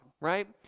Right